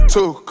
Two